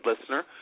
listener